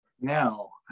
No